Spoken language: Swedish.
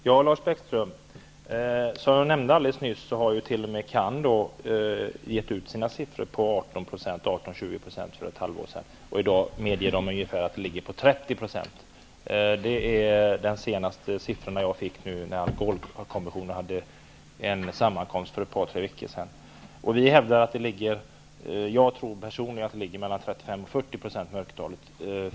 Fru talman! Som jag nämnde alldeles nyss har t.o.m. CAN för ett halvår sedan redovisat siffror på 18--20 %. I dag medger man att mörkertalet ligger på ungefär 30 %. Det är de siffror jag fick senast, när alkoholkommissionen för ett par tre veckor sedan hade en sammankomst. Jag tror personligen att siffrorna för mörkertalet ligger på 35--40 %.